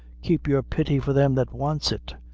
keep your pity for them that wants it,